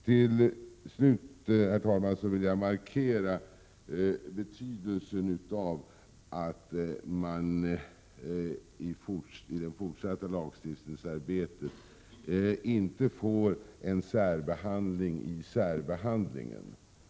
Till slut, herr talman, vill jag markera betydelsen av att man i det fortsatta lagstiftningsarbetet inte åstadkommer en särbehandling i särbehandlingen.